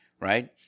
right